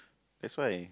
that's why